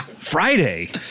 Friday